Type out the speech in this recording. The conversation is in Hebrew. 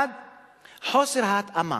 1. חוסר ההתאמה